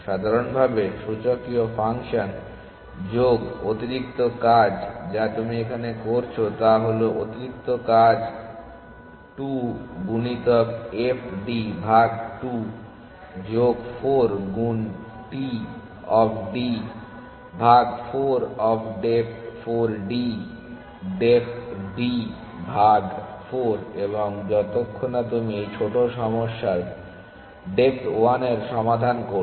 সাধারণভাবে সূচকীয় ফাংশন যোগ অতিরিক্ত কাজ যা তুমি এখানে করছো তা হলো অতিরিক্ত কাজ 2 গুণিতক f d ভাগ 2 যোগ 4 গুণ t অফ d ভাগ 4 of depth 4 d depth d ভাগ 4 এবং যতক্ষণ না তুমি এই ছোট সমস্যার ডেপ্থ 1 এর সমাধান করছো